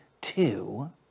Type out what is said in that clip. two